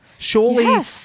Surely